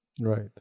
Right